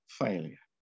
failure